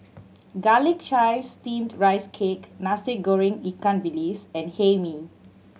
Garlic Chives Steamed Rice Cake Nasi Goreng ikan bilis and Hae Mee